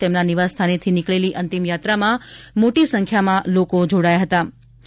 તેમના નિવાસસ્થાનેથી નીકળેલી અંતિમયાત્રામાં મોટી સંખ્યામાં લોકો જોડાયા હતાં